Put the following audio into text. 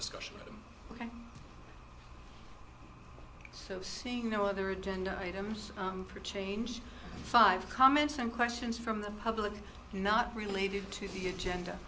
discussion ok so seeing no other agenda items for a change five comments and questions from the public not related to the agenda